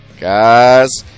Guys